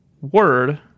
word